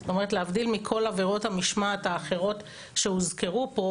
זאת אומרת להבדיל מכל עבירות המשמעת האחרות שהוזכרו פה,